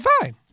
fine